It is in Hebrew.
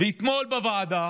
ואתמול בוועדה